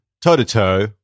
toe-to-toe